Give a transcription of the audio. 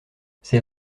c’est